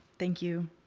thank you.